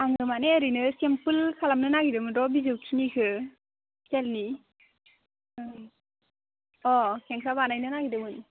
आनो माने ओरैनो सिमपोल खालामनो नागिरदोंमोन र' बिजौ खिनिखौ स्टेलनि औ अ' खेंख्रा बानायनो नागेरदोंमोन